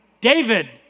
David